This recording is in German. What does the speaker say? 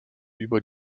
über